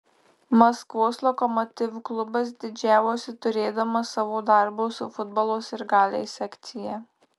maskvos lokomotiv klubas didžiavosi turėdamas savo darbo su futbolo sirgaliais sekciją